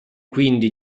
quindi